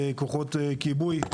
כוחות כיבוי.